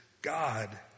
God